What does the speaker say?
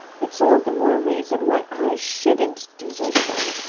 it's all the more reason why i shouldn't desert them.